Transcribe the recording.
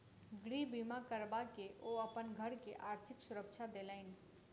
गृह बीमा करबा के ओ अपन घर के आर्थिक सुरक्षा देलैन